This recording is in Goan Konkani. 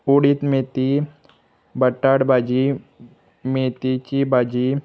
उडीत मेथी बटाट भाजी मेथीची भाजी